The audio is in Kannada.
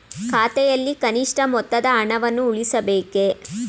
ಖಾತೆಯಲ್ಲಿ ಕನಿಷ್ಠ ಮೊತ್ತದ ಹಣವನ್ನು ಉಳಿಸಬೇಕೇ?